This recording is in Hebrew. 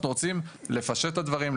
אנחנו רוצים לפשט את הדברים,